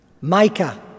Micah